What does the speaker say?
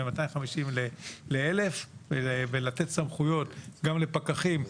מ-250 ל-1,000 ולתת סמכויות גם לפקחים.